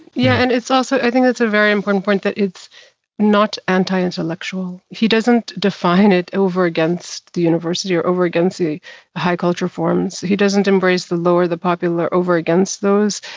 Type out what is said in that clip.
yeah. and it's also. i think that's a very important point that it's not anti-intellectual. he doesn't define it over against the university, or over against the high-culture forms. he doesn't embrace the lower, the popular, over against those,